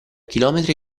chilometri